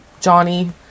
Johnny